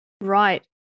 right